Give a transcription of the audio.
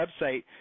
website